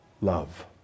love